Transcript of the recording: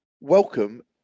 welcome